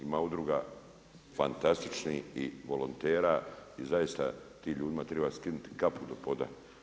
Ima udruga fantastičkih i volontera i zaista tim ljudima treba skinuti kapu do poda.